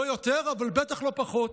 לא יותר, אבל בטח לא פחות,